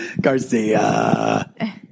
Garcia